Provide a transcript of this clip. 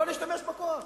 בואו נשתמש בכוח.